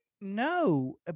No